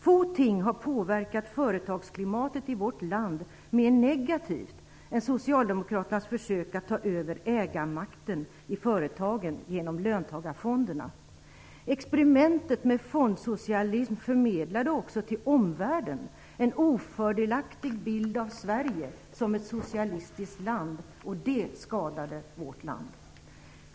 Få ting har påverkat företagsklimatet i vårt land mer negativt än Socialdemokraternas försök att ta över ägarmakten i företagen genom löntagarfonderna. Experimentet med fondsocialism förmedlade också till omvärlden en ofördelaktig bild av Sverige som ett socialistiskt land, och det skadade vårt land.